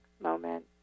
moment